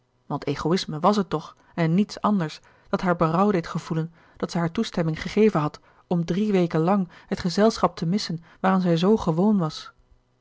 want egoïsme was het toch en niets anders dat haar berouw deed gevoelen dat zij hare toestemming gegeven had om drie weken lang het gezelschap te missen waaraan zij zoo gewoon was